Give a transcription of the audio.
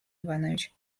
иванович